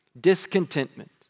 discontentment